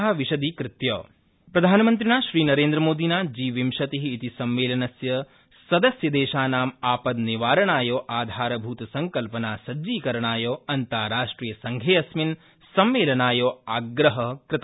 प्रधानमन्त्री जी विंशति सम्मलिनम् प्रधानमन्त्रिणा श्री नरेन्द्रमोदिना जीविंशति इति सम्मेलनस्य सदस्य देशानाम् आपद निवारणाय आधारभूतसंकल्पना सज्जीकरणाय अन्ताराष्ट्रियसड़घेऽस्मिन् सम्मेलनाय आग्रह कृत